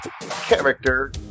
character